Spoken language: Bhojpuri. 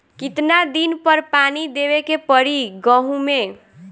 कितना दिन पर पानी देवे के पड़ी गहु में?